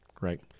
Right